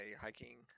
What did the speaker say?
hiking